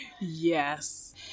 yes